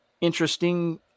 interesting